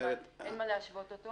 אין מה להשוות אותו.